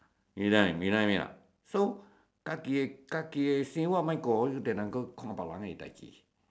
you know what I mean you know what I mean or not so hokkien